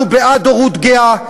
אנחנו בעד הורות גאה.